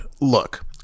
Look